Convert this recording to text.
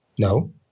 No